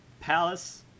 Palace